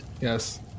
Yes